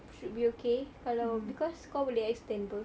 should be okay kalau because kau boleh extend betul